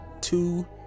two